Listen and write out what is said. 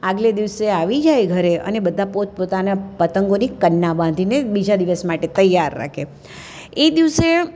આગલે દિવસે આવી જાય ઘરે અને બધા પોતપોતાના પતંગોની કન્ના બાંધીને બીજા દિવસ માટે તૈયાર રાખે એ દિવસે